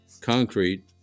concrete